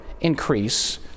increase